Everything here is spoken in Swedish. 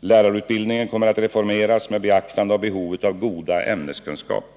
Lärarutbildningen kommer att reformeras med beaktande av behovet av goda ämneskunskaper.